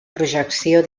projecció